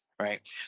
Right